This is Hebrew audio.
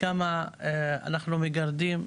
כמה אנחנו מגרדים?